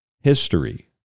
history